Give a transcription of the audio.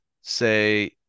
say –